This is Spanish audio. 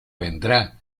vendrá